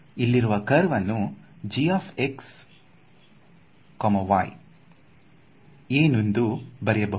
ಇಲ್ಲಿರುವ ಕರ್ವ್ ಆನ್ನು ಏನೆಂದು ಬರೆಯಬಹುದು